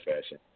fashion